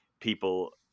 people